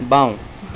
বাওঁ